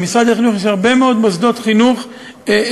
למשרד החינוך יש הרבה מאוד מוסדות חינוך שונים,